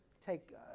take